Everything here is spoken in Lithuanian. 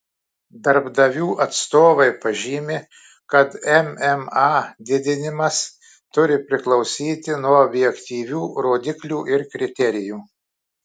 darbdavių atstovai pažymi kad mma didinimas turi priklausyti nuo objektyvių rodiklių ir kriterijų